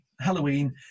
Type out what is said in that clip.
Halloween